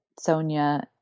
Sonia